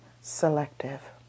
selective